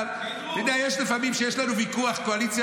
אתה יודע, יש לפעמים שיש לנו ויכוח, קואליציה